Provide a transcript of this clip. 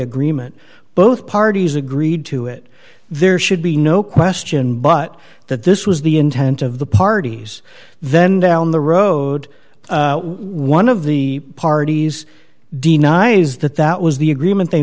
agreement both parties agreed to it there should be no question but that this was the intent of the parties then down the road one of the parties denies that that was the agreement they